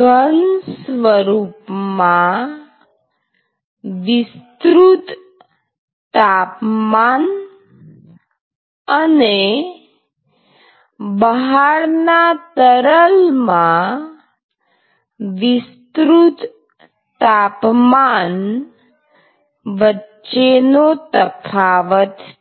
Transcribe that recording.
ઘન સ્વરૂપમાં વિસ્તૃત તાપમાનઅથવા પ્રવાહી સ્વરૂપ જો સારી રીતે મિશ્રિત હોય તો અને બહારના તરલમાં વિસ્તૃત તાપમાન વચ્ચેનો તફાવત છે